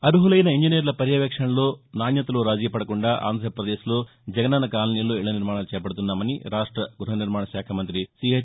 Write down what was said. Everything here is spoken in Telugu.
అరులైన ఇంజనీర్ల పర్యవేక్షణలో నాణ్యతలో రాజీ పడకుండా ఆంధ్రప్రదేశ్లో జగనన్న కాలనీల్లో ఇళ్ల నిర్మాణాలు చేపడుతున్నామని రాష్ట గృహ నిర్మాణశాఖ మంత్రి సీహెచ్